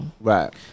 Right